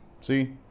See